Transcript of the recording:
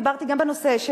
דיברתי גם בנושא של